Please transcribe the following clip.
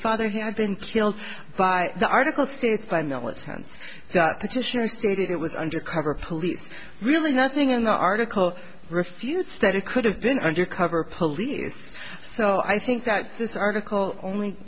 father had been killed by the article states by militants petitioning stated it was undercover police really nothing in the article refutes that it could have been undercover police so i think that this article only